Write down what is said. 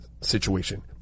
situation